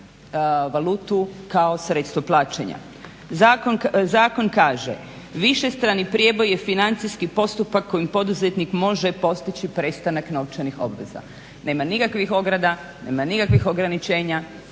valutu kao sredstvo plaćanja. Zakon kaže višestrani prijeboj je financijski postupak kojim poduzetnik može postići prestanak novčanih obveza. Nema nikakvih ograda, nema nikakvih ograničenja